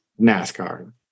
NASCAR